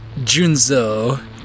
Junzo